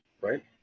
Right